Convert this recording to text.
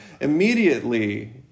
Immediately